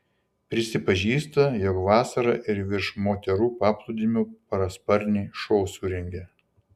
prisipažįsta jog vasarą ir virš moterų paplūdimio parasparniai šou surengia